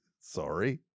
sorry